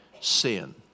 sin